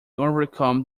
overcome